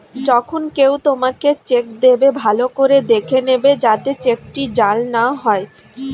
যখন কেউ তোমাকে চেক দেবে, ভালো করে দেখে নেবে যাতে চেকটি জাল না হয়